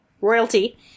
royalty